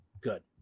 Good